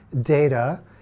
data